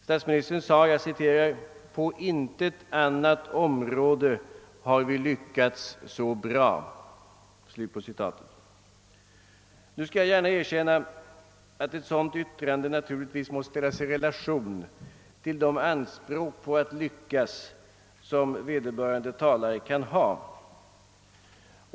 Statsministern sade: »På intet annat område har vi lyckats så bra.» Nu skall jag gärna erkänna, att ett sådant yttrande naturligtvis måste ställas i relation till de anspråk på att lyckas, som vederbörande talare kan ha.